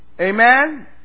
Amen